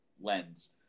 lens